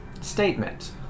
Statement